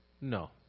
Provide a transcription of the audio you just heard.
No